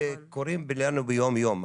זה קורה לנו ביום-יום,